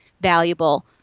valuable